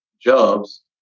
jobs